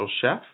Chef